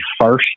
first